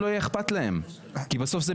המתמודדים לא יהיה איכפת להם כי בסוף,